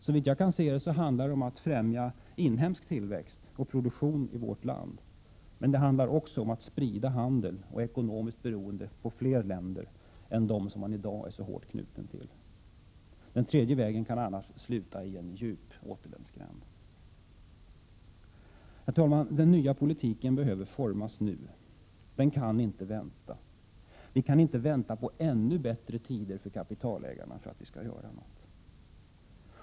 Såvitt jag kan se handlar det om att främja inhemsk tillväxt och produktion i vårt land. Men det är också fråga om att sprida handel och ekonomiskt beroende på fler länder än dem som man i dag är så hårt knuten till. Den tredje vägen kan annars sluta i en djup återvändsgränd. Herr talman! Den nya politiken behöver formas nu. Den kaninte vänta. Vi kan inte vänta på ännu bättre tider för kapitalägarna för att vi skall göra något.